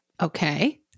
Okay